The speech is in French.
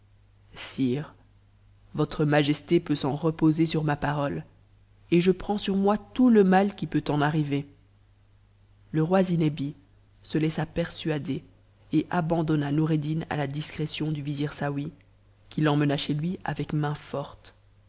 sire votre majesté peut s'en reposer sur na parole et je prends sur moi tout le mal qui peut en arriver le roi zinebi se laissa persuader et abandonna noureddin à la discrétion du vizir saouy qui t'emmena chez lui avec